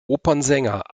opernsänger